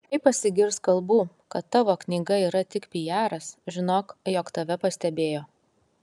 jei pasigirs kalbų kad tavo knyga yra tik pijaras žinok jog tave pastebėjo